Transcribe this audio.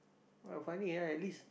!wah! funny ah at least